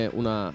una